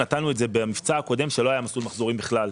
נתנו את זה במבצע הקודם כשלא היה "מסלול מחזורים" בכלל.